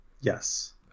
yes